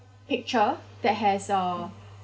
picture that has uh